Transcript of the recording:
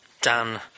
Dan